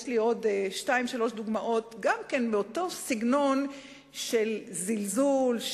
יש לי עוד שתיים-שלוש דוגמאות לאותו סגנון של זלזול,